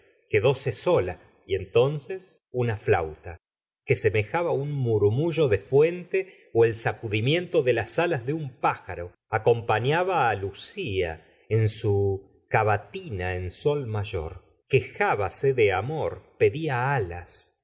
quedóse sola y entonces una flauta que semejaba un murmullo de fuente ó el sacudimiento de las alas de un pájaro acompañaba á l ucia en su cavatina en sol mayor quejábase de amor pedía alas